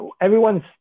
everyone's